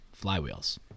flywheels